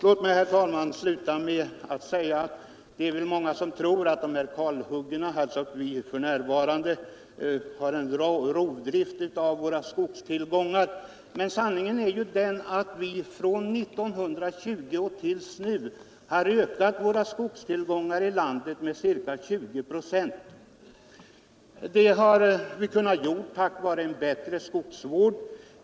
Låt mig, herr talman, avsluta mitt anförande med att säga att många tror att dessa kalhuggningar innebär en rovdrift av våra skogstillgångar. Men sanningen är ju den att vi från 1920-talet till nu har ökat våra skogstillgångar i landet med ca 20 procent. Det har vi kunnat göra genom en bättre skogsvård.